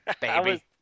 Baby